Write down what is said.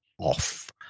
off